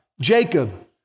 Jacob